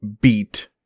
beat